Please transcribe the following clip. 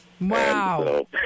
Wow